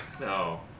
No